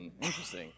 Interesting